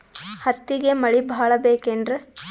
ಹತ್ತಿಗೆ ಮಳಿ ಭಾಳ ಬೇಕೆನ್ರ?